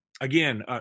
again